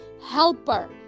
helper